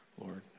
Lord